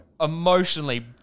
Emotionally